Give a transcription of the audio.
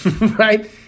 right